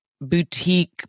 boutique